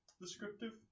descriptive